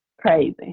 crazy